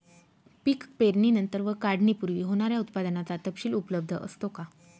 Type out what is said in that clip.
पीक पेरणीनंतर व काढणीपूर्वी होणाऱ्या उत्पादनाचा तपशील उपलब्ध असतो का?